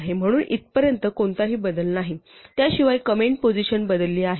म्हणून इथपर्यंत कोणताही बदल नाही त्याशिवाय कंमेंट पोसिशन बदलली आहे